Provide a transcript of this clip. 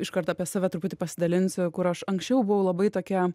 iškart apie save truputį pasidalinsiu kur aš anksčiau buvau labai tokia